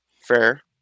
Fair